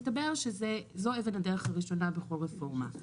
מסתבר שזו אבן הדרך הראשונה בכל רפורמה.